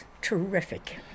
terrific